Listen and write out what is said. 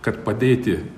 kad padėti